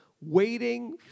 waiting